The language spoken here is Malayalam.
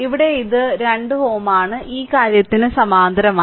ഇവിടെ ഇത് 2Ω ആണ് ഈ കാര്യത്തിന് സമാന്തരമായി